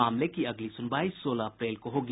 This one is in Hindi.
मामले की अगली सुनवाई सोलह अप्रैल को होगी